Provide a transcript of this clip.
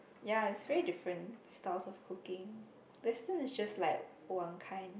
ya it's very different styles of cooking western is just like one kind